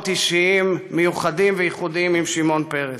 אישיים מיוחדים וייחודיים משמעון פרס.